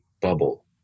bubble